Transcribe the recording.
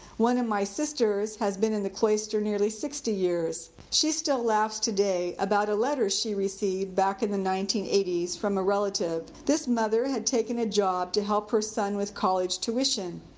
one of my sisters has been in the cloister nearly sixty years. she still laughs today about a letter she received back in the nineteen eighty s from a relative. this mother had taken a job to help her son with college tuition.